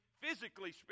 physically